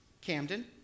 Camden